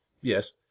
Yes